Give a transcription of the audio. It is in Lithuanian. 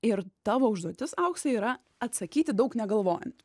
ir tavo užduotis aukse yra atsakyti daug negalvojant